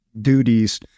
duties